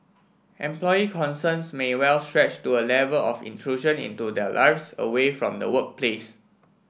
employee concerns may well stretch to A Level of intrusion into their lives away from the workplace